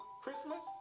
christmas